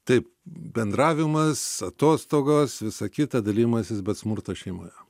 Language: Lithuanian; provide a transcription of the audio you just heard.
taip bendravimas atostogos visa kita dalijimasis bet smurtas šeimoje